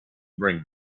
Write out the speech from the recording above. bring